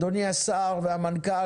אדוני השר והמנכ"ל,